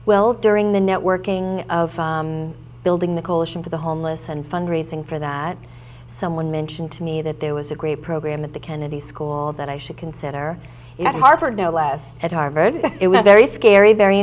well during the networking of building the coalition for the homeless and fundraising for that someone mentioned to me that there was a great program at the kennedy school that i should consider harvard no less at harvard it was very scary very